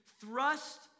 thrust